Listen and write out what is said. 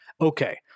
Okay